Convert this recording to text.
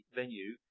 venue